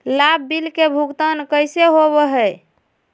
लाभ बिल के भुगतान कैसे होबो हैं?